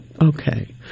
Okay